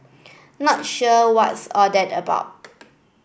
not sure what's all that about